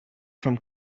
from